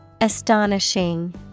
astonishing